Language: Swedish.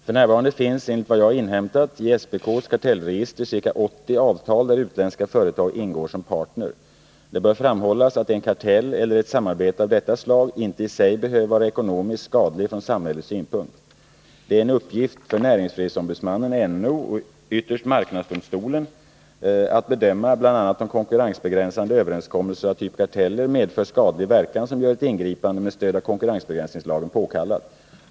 F. n. finns enligt vad jag har inhämtat i SPK:s kartellregister ca 80 avtal där utländska företag ingår som parter. Det bör framhållas att en kartell eller ett samarbete av detta slag inte i sig behöver vara ekonomiskt skadlig från samhällets synpunkt. Det är en uppgift för näringsfrihetsombudsmannen och ytterst marknadsdomstolen att bedöma bl.a. om konkurrensbegränsande överenskommelser av typ karteller medför skadlig verkan som gör ett ingripande med stöd av konkurrensbegränsningslagen påkallat.